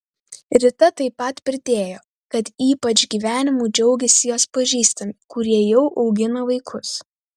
rita taip pat pridėjo kad ypač gyvenimu džiaugiasi jos pažįstami kurie jau augina vaikus